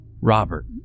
Robert